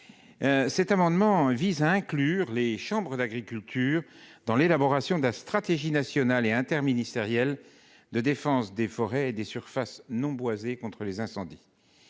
Cet amendement vise à inclure les chambres d'agriculture dans l'élaboration de la stratégie nationale et interministérielle de défense des forêts et des surfaces non boisées contre les incendies.